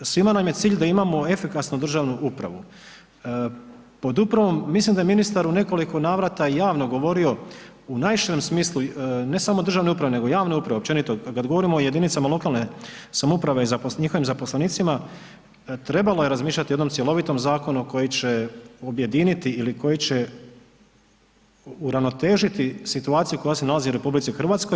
Svima nam je cilj da imamo efikasnu državnu upravu, pod upravom mislim da je ministar u nekoliko navrata javno govorio u najširem smislu ne samo državne uprave, nego javne uprave općenito kad govorimo o jedinicama lokalne samouprave i njihovim zaposlenicima trebalo je razmišljati o jednom cjelovitom zakonu koji će objediniti ili koji će uravnotežiti situaciju koja se nalazi u RH.